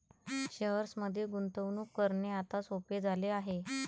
शेअर्समध्ये गुंतवणूक करणे आता सोपे झाले आहे